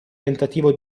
tentativo